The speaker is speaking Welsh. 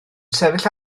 sefyll